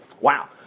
wow